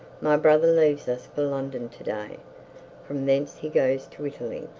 my brother leaves us for london to-day from thence he goes to italy.